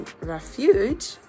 refuge